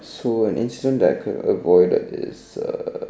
so an instance that I could have avoided is uh